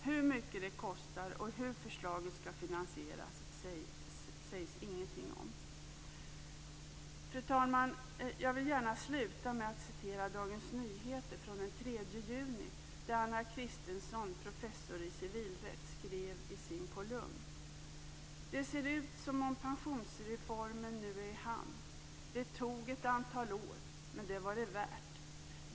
Hur mycket det kostar och hur förslaget skall finansieras sägs det ingenting om. Fru talman! Jag vill gärna sluta med att citera Dagens Nyheter från den 3 juni. Där skrev Anna Christensen, professor i civilrätt, i sin kolumn: "Det ser ut som om pensionsreformen nu är i hamn. Det tog ett antal år, men det var det värt.